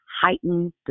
heightened